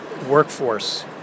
workforce